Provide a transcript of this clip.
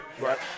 right